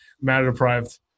Matter-Deprived